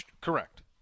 Correct